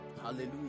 hallelujah